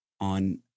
on